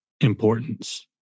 importance